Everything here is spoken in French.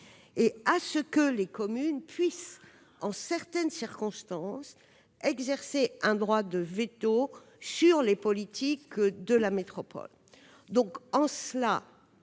celles-ci pouvant, en certaines circonstances, exercer un droit de veto sur les politiques de la métropole.